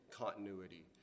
continuity